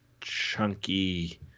chunky